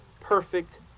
perfect